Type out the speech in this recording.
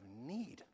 need